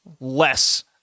less